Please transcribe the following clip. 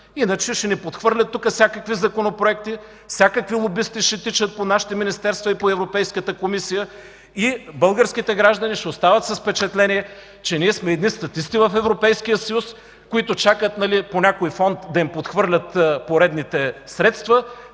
Иначе ще ни подхвърлят тук всякакви законопроекти, всякакви лобисти ще тичат по нашите министерства и по Европейската комисия, а българските граждани ще остават с впечатление, че ние сме статисти в Европейския съюз, които чакат по някой фонд да им прехвърлят поредните средства,